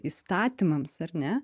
įstatymams ar ne